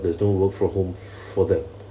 there's no work from home for that